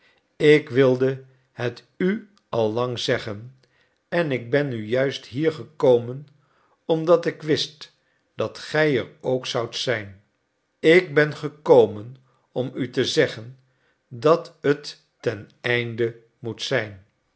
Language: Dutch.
ik wilde het u al lang zeggen en ik ben nu juist hier gekomen omdat ik wist dat gij er ook zoudt zijn ik ben gekomen om u te zeggen dat t ten einde moet zijn